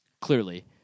clearly